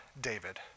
David